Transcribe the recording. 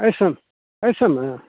अइसन अइसनमे